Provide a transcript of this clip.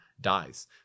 dies